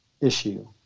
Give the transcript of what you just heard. issue